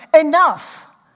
enough